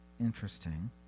interesting